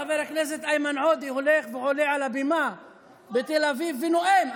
חבר הכנסת איימן עודה הולך ועולה על הבימה בתל אביב ונואם.